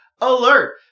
Alert